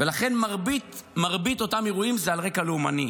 ולכן מרבית אותם אירועים הם על רקע לאומני.